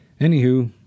Anywho